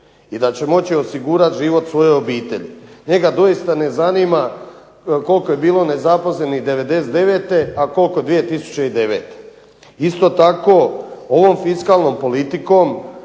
i da će moći osigurati život svoje obitelji. Njega doista ne zanima koliko je bilo nezaposlenih '99., a koliko 2009. Isto tako ovom fiskalnom politikom